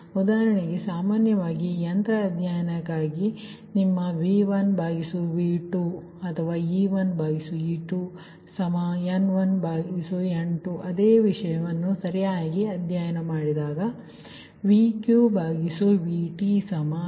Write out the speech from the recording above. ಉದಾಹರಣೆಗೆ ಸಾಮಾನ್ಯವಾಗಿ ಯಂತ್ರ ಅಧ್ಯಯನಕ್ಕಾಗಿ ಮತ್ತು ನಿಮ್ಮ V1V2 or e1e2 N1N2 ಅದೇ ವಿಷಯವನ್ನು ಸರಿಯಾಗಿ ಅಧ್ಯಯನ ಮಾಡಿದೆ